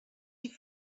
die